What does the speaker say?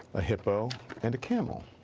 a hippo and a camel.